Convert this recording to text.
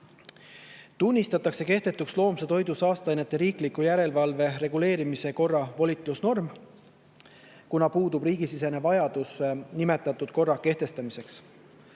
Tunnistatakse kehtetuks loomse toidu saasteainete riikliku järelevalve reguleerimise korra volitusnorm, kuna puudub riigisisene vajadus nimetatud korra kehtestamiseks.